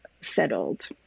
settled